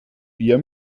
bier